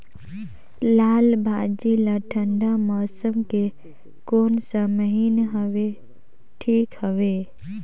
लालभाजी ला ठंडा मौसम के कोन सा महीन हवे ठीक हवे?